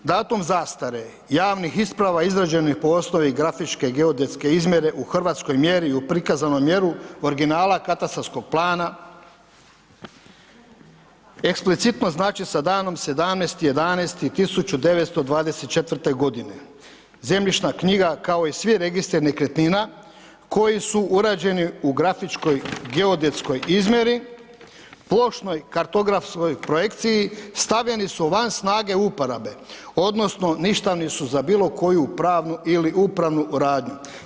Datum zastare javnih isprava izrađenih po osnovi grafičke geodetske izmjere u Hrvatskoj mjeri i u prikazanu mjeru originala katastarskog plana eksplicitno znači sa danom 17.11.1924. godine, zemljišna knjiga, kao i svi registri nekretnina koji su urađeni u grafičkoj geodetskoj izmjeri, plošnoj kartografskoj projekciji, stavljeni su van snage uporabe, odnosno ništavni su za bilo koju pravnu ili upravnu radnju.